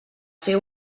fer